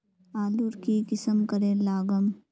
आलूर की किसम करे लागम?